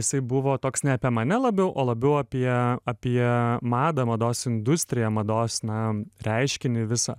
jisai buvo toks ne apie mane labiau o labiau apie apie madą mados industriją mados na reiškinį visą